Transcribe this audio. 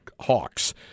Hawks